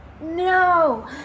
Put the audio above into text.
no